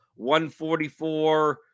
144